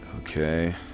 Okay